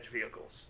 vehicles